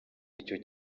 icyo